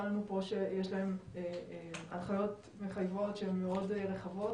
לנו פה שיש להם הנחיות מחייבות שהם מאוד רחבות,